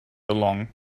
along